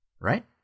Right